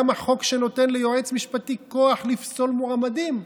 גם החוק שנותן ליועץ משפטי כוח לפסול מועמדים,